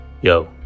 Yo